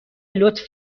لطف